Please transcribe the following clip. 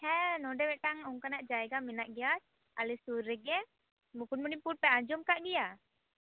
ᱦᱮᱸ ᱱᱚᱰᱮ ᱢᱤᱫᱴᱟᱝ ᱚᱱᱠᱟᱱᱟ ᱡᱟᱭᱜᱟ ᱢᱮᱱᱟᱜ ᱜᱮᱭᱟ ᱟᱞᱮ ᱥᱩᱨ ᱨᱮᱜᱮ ᱢᱩᱠᱩᱴᱢᱩᱱᱤᱯᱩᱨ ᱯᱮ ᱟᱸᱡᱚᱢ ᱟᱠᱟᱫ ᱜᱮᱭᱟ